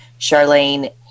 Charlene